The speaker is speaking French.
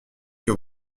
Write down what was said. que